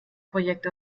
projekt